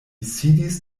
sidis